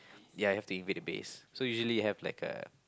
ya you have to invade the base so usually you have like a